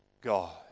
God